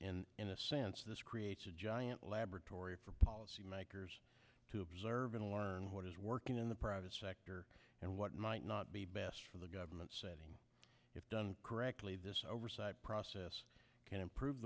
and in a sense this creates a giant laboratory for policymakers to observe and learn what is working in the private sector and what might not be best for the government setting if done correctly this oversight process can improve